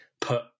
put